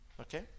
Okay